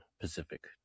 Pacific